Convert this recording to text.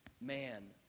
man